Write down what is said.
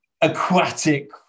aquatic